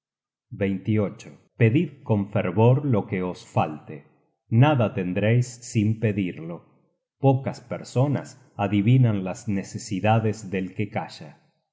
padre pedid con fervor lo que os falte nada tendreis sin pedirlo pocas personas adivinan las necesidades del que calla